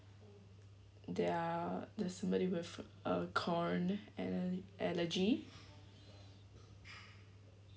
there are there's somebody with a corn an allergy